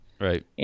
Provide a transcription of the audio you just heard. Right